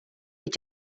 під